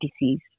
disease